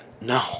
No